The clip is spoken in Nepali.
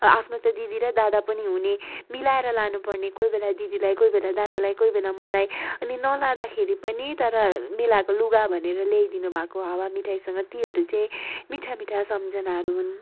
आफ्नो त दिदी र दादा पनि हुने मिलाएर लानुपर्ने कोही बेला दिदीलाई कोही बेला दादालाई कोही बेला मलाई अनि नलाँदाखेरि पनि तर मेलाको लुगा भनेर ल्याइदिनु भएको हावामिठाईसँग तीहरू चाहिँ मिठा मिठा सम्झनाहरू हुन्